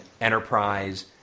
Enterprise